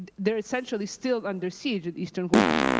and they're essentially still under siege in eastern houta.